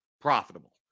profitable